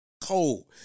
Cold